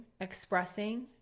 expressing